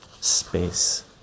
space